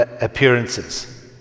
appearances